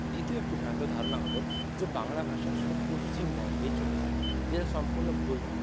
দ্বিতীয় একটি ভ্রান্ত ধারণা হল যে বাংলা ভাষা শুধু পশ্চিমবঙ্গেই চলিত যেটি সম্পূর্ণ ভুল ধারণা